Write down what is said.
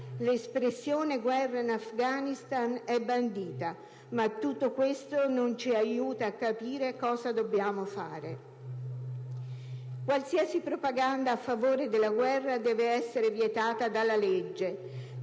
L'espressione "guerra in Afghanistan" è bandita. Ma tutto questo non ci aiuta a capire cosa dobbiamo fare. "Qualsiasi propaganda a favore della guerra deve essere vietata dalla legge.